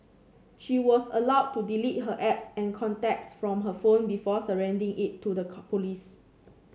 she was allowed to delete her apps and contacts from her phone before surrendering it to the police